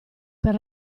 per